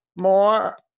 more